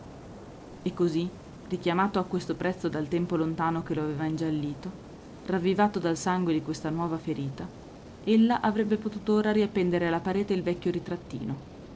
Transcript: e così richiamato a questo prezzo dal tempo lontano che lo aveva ingiallito ravvivato dal sangue di questa nuova ferita ella avrebbe potuto ora riappendere alla parete il vecchio ritrattino